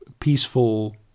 peaceful